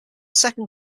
second